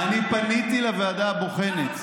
פניתי לוועדה הבוחנת.